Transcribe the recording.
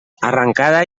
arrancada